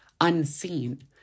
unseen